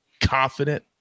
confident